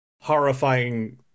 horrifying